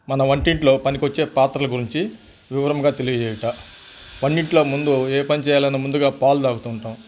మన వంటింట్లో పనికొచ్చే పాత్రల గురించి వివరముగా తెలియజేయుట వంటింట్లో ముందు ఏ పనిచేయాలన్న ముందుగా పాలు తాగుతూ ఉంటాం